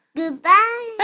Goodbye